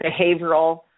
behavioral